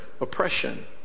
oppression